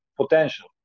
potential